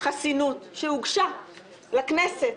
חסינות שהוגשה לכנסת,